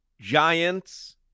Giants